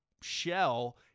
shell